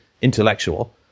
intellectual –